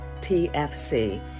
TFC